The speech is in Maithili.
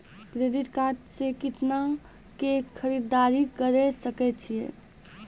क्रेडिट कार्ड से कितना के खरीददारी करे सकय छियै?